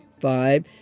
five